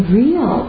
real